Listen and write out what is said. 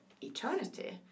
eternity